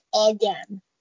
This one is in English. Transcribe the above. again